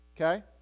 okay